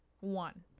One